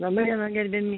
laba diena gerbiami